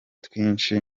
twinshi